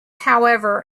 however